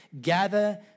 gather